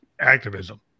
activism